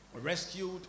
rescued